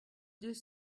deux